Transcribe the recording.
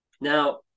Now